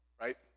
right